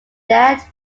that